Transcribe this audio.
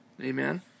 Amen